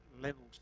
levels